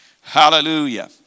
Hallelujah